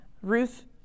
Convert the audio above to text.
Ruth